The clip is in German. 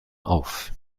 auf